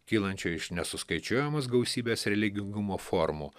kylančio iš nesuskaičiuojamos gausybės religingumo formų